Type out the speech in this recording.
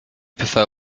prefer